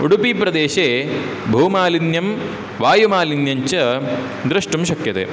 उडुपिप्रदेशे भूमालिन्यं वायुमालिन्यञ्च द्रष्टुं शक्यते